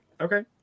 Okay